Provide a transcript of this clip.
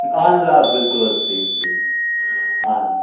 اَہَن حظ آ بِلکُل حظ صحیح صحیح آ